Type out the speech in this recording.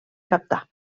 captar